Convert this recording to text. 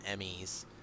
emmys